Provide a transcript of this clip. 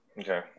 Okay